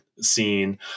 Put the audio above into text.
scene